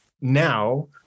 Now